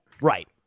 Right